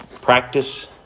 Practice